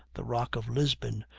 the rock of lisbon,